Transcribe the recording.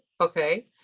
okay